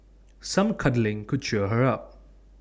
some cuddling could cheer her up